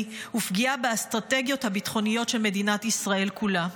ופגיעה באסטרטגיות הביטחוניות של מדינת ישראל כולה.